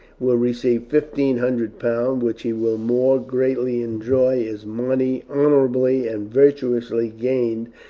will receive fifteen hundred pounds, which he will more greatly enjoy, as money honourably and virtuously gained,